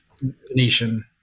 Venetian